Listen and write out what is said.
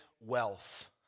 wealth